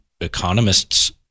economists